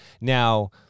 Now